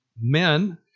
men